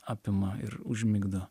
apima ir užmigdo